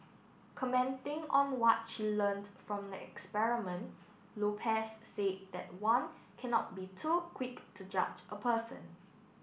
commenting on what she learnt from the experiment Lopez said that one cannot be too quick to judge a person